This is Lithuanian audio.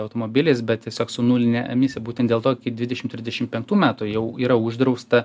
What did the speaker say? automobiliais bet tiesiog su nuline emisija būtent dėl to iki dvidešim trisdešim penktų metų jau yra uždrausta